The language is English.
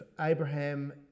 Abraham